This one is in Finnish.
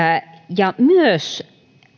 ja myös